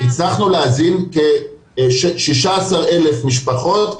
הצלחנו להזין כ-16,000 משפחות,